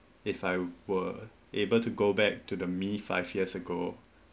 if I were able to go back to the me five years ago